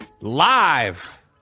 live